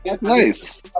nice